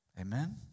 Amen